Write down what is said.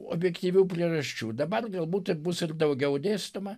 objektyvių priežasčių dabar galbūt bus ir daugiau dėstoma